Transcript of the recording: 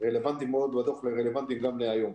מאוד לדוח ורלוונטיים גם להיום: